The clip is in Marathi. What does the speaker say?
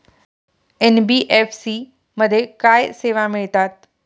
एन.बी.एफ.सी मध्ये काय सेवा मिळतात?